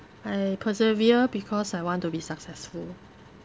I persevere because I want to be successful